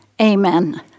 Amen